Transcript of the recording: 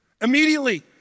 Immediately